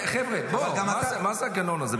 הוא פנה אליי --- חבר'ה, בואו, מה זה הגנון הזה?